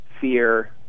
fear